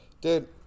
Dude